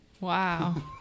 Wow